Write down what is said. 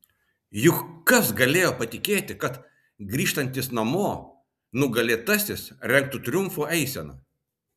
juk kas galėjo patikėti kad grįžtantis namo nugalėtasis rengtų triumfo eiseną